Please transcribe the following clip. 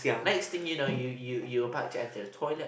next thing you know you you you about to enter the toilet